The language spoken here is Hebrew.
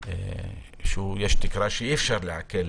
יש תקרה שאי-אפשר לעקל